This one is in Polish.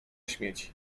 śmieci